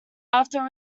after